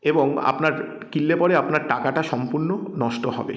এবং আপনার কিনলে পরে আপনার টাকাটা সম্পূর্ণ নষ্ট হবে